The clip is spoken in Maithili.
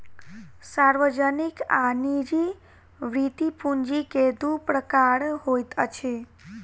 सार्वजनिक आ निजी वृति पूंजी के दू प्रकार होइत अछि